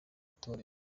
itorero